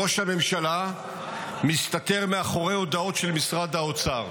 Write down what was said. ראש הממשלה מסתתר מאחורי הודעות של משרד האוצר.